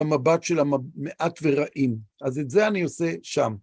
במבט של המעט ורעים, אז את זה אני עושה שם.